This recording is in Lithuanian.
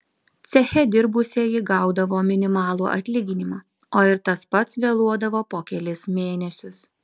ceche dirbusieji gaudavo minimalų atlyginimą o ir tas pats vėluodavo po kelis mėnesius